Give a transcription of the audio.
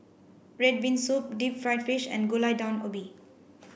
red bean soup deep fried fish and Gulai Daun Ubi